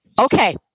Okay